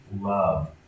love